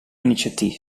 initiatief